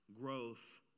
growth